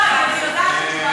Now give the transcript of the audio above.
לא, אני יודעת את התשובה.